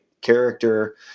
character